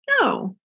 No